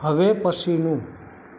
હવે પછીનું